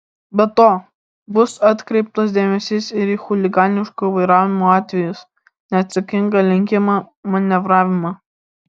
be to bus atkreiptas dėmesys ir į chuliganiško vairavimo atvejus neatsakingą lenkimą manevravimą